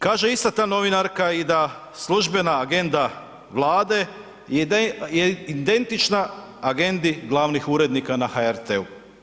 Kaže ista ta novinarka i da službena agenda Vlade je identična agendi glavnih urednika na HRT-u.